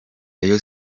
rayon